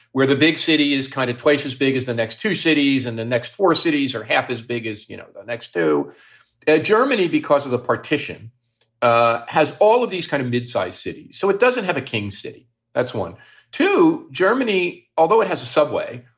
where the big city is kind of twice as big as the next two cities and the next four cities are half as big as you know next to germany because of the partition ah has all of these kind of mid-sized cities. so it doesn't have a king city that's one to germany, although it has a subway,